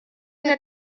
that